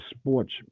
sports